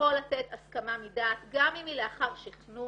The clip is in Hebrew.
יכול לתת הסכמה מדעת גם אם היא לאחר שכנוע,